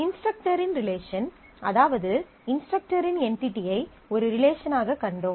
இன்ஸ்ட்ரக்டரின் relation அதாவது இன்ஸ்ட்ரக்டரின் என்டிடியை ஒரு ரிலேசனாக கண்டோம்